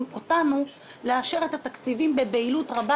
אותנו לאשר את התקציבים בבהילות רבה,